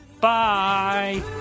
Bye